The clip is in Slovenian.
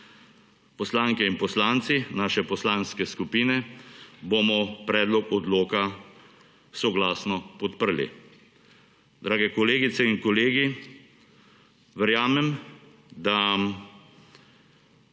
Poslanke in poslanci naše poslanske skupine bomo predlog odloka soglasno podprli. Drage kolegice in kolegi verjamem, da